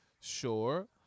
sure